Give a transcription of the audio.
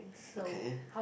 okay